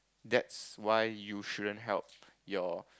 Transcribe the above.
that's why you shouldn't help your